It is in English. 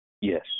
Yes